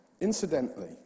incidentally